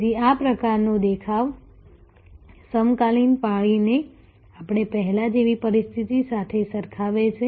તેથી આ પ્રકારનો દેખાવ સમકાલીન પાળીને આપણે પહેલા જેવી પરિસ્થિતિ સાથે સરખાવે છે